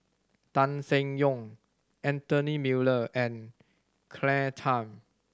Tan Seng Yong Anthony Miller and Claire Tham